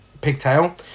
pigtail